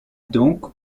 donc